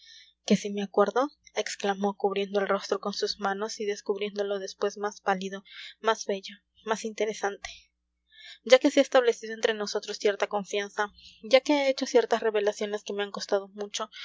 que si me acuerdo exclamó cubriendo el rostro con sus manos y descubriéndolo después más pálido más bello más interesante ya que se ha establecido entre nosotros cierta confianza ya que he hecho ciertas revelaciones que me han costado mucho